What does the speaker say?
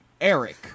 Eric